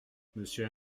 monsieur